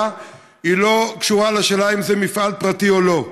לא קשורה לשאלה אם זה מפעל פרטי או לא.